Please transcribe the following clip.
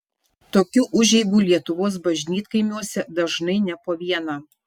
tokių užeigų lietuvos bažnytkaimiuose dažnai ne po vieną